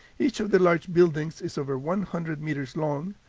each of the large buildings is over one hundred meters long,